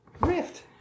Rift